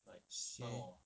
学